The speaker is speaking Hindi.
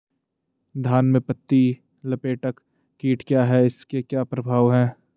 धान में पत्ती लपेटक कीट क्या है इसके क्या प्रभाव हैं?